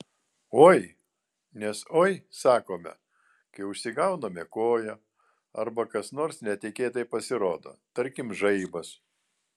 oi nes oi sakome kai užsigauname koją arba kas nors netikėtai pasirodo tarkim žaibas